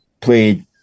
played